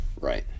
Right